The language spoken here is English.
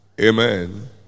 Amen